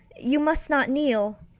you must not kneel.